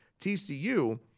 TCU